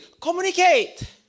Communicate